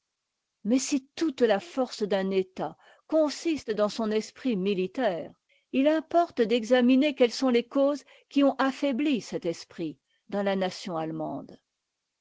mais si toute la force d'un état consiste dans son esprit militaire il importe d'examiner quelles sont les causes qui ont affaibli cet esprit dans la nation allemande